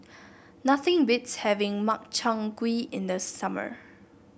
nothing beats having Makchang Gui in the summer